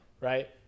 Right